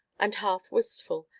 and half wistful,